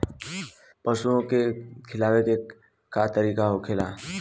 पशुओं के खिलावे के का तरीका होखेला?